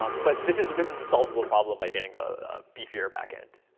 um but this is this is a solvable problem by getting a beefier backend.